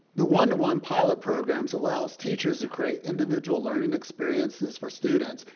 the one to one pilot programs allows teachers to create individual learning experiences for students,